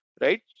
right